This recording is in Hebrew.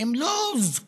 הם לא זקוקים